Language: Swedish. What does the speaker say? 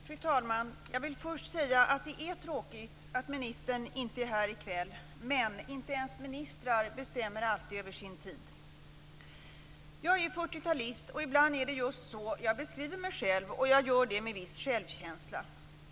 Fru talman! Först vill jag säga att det är tråkigt att ministern inte är här i kväll, men inte ens ministrar bestämmer alltid över sin tid. Jag är fyrtiotalist, och ibland är det just så jag beskriver mig själv, och jag gör det med viss självkänsla.